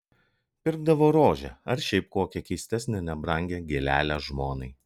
pirkdavo rožę ar šiaip kokią keistesnę nebrangią gėlelę žmonai